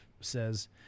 says